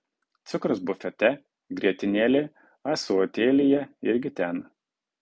cukrus bufete grietinėlė ąsotėlyje irgi ten